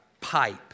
pipe